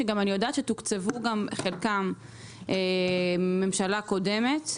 שאני יודעת שחלקם תוקצבו בממשלה קודמת,